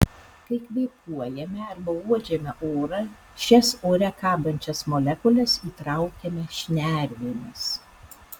kai kvėpuojame arba uodžiame orą šias ore kabančias molekules įtraukiame šnervėmis